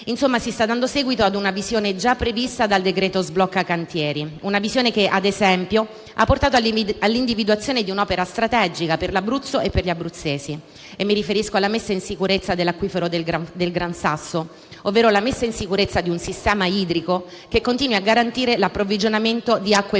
Insomma, si sta dando seguito a una visione già prevista dal decreto sblocca cantieri e che, ad esempio, ha portato all'individuazione di un'opera strategica per l'Abruzzo e gli abruzzesi: mi riferisco alla messa in sicurezza dell'acquifero del Gran Sasso, un sistema idrico che continui a garantire l'approvvigionamento di acque potabili